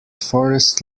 forest